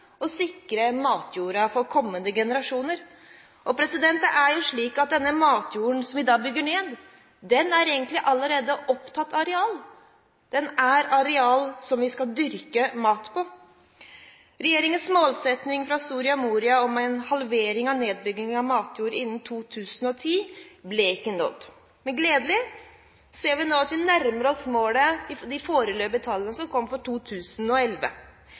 å sikre matjorden for kommende generasjoner. Den matjorden som vi bygger ned, er egentlig allerede opptatt areal: Det er areal som vi skal dyrke mat på. Regjeringens målsetting i Soria Moria-erklæringen om en halvering av nedbyggingen av matjord innen 2010 ble ikke nådd. Men det er gledelig å se ut fra de foreløpige tallene for 2011 at vi nå nærmer oss målet. Men disse foreløpige tallene for omdisponert matjord utgjør et areal som